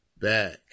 back